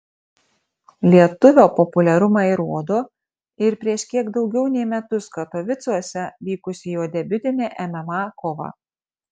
lietuvio populiarumą įrodo ir prieš kiek daugiau nei metus katovicuose vykusi jo debiutinė mma kova